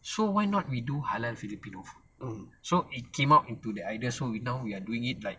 so why not we do halal filipino food so it came out into the ideas what we now we are doing it like